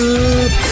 up